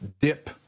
dip